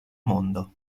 mondo